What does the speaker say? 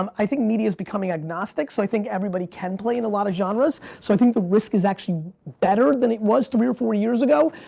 um i think media's becoming agnostic, so i think everybody can play in a lot of genres, so i think the risk is actually better than it was three or four years ago,